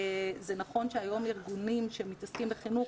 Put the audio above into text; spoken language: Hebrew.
זה נכון שהיום ארגונים שמתעסקים בחינוך